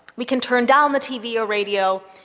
we can turn down the tv or radio,